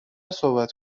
صحبت